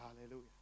Hallelujah